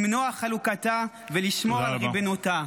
למנוע חלוקתה ולשמור על ריבונותה.